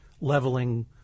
leveling